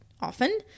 often